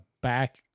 back